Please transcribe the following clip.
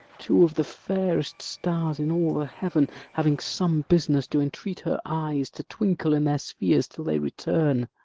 two of the fairest stars in all the heaven, having some business, do entreat her eyes to twinkle in their spheres till they return.